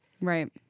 Right